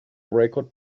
record